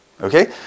Okay